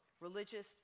religious